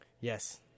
Yes